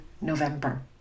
November